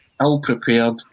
ill-prepared